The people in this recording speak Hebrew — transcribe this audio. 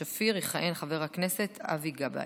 במקום חברת הכנסת סתיו שפיר יכהן חבר הכנסת אבי גבאי.